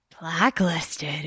blacklisted